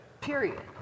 Period